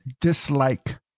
dislike